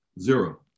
Zero